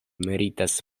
meritas